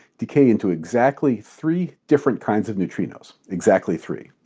decay into exactly three different kinds of neutrinos. exactly three.